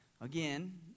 again